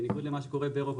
בניגוד למה שקורה באירופה,